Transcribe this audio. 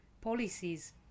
policies